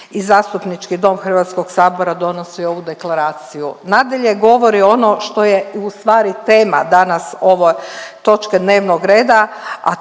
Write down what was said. i Zastupnički dom Hrvatskog sabora donosi ovu deklaraciju. Nadalje govori ono što je u stvari tema danas ove točke dnevnog reda,